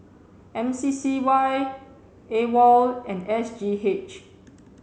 M C C Y AWOL and S G H